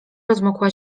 rozmokła